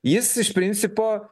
jis iš principo